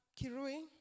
Kirui